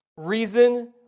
Reason